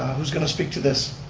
who's going to speak to this?